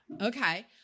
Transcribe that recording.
Okay